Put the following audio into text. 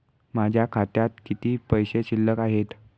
माझ्या खात्यात किती पैसे शिल्लक आहेत?